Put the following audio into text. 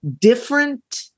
different